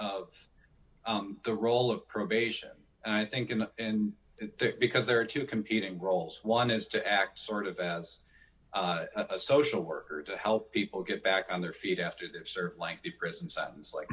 of the role of probation and i think in the end because there are two competing roles one is to act sort of as a social worker to help people get back on their feet after they've served lengthy prison sentence like